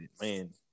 man